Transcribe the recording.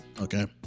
okay